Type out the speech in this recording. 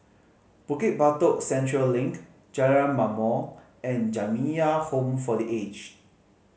Bukit Batok Central Link Jalan Ma'mor and Jamiyah Home for The Aged